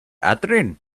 adrian